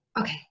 okay